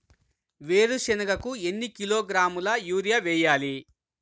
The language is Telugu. వేరుశనగకు ఎన్ని కిలోగ్రాముల యూరియా వేయాలి?